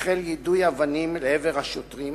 החל יידוי אבנים לעבר השוטרים